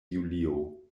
julio